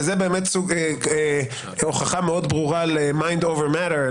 וזו באמת הוכחה מאוד ברורה ל-mind over matter,